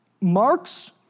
Marx